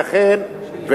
הקיצוני, נא לסיים.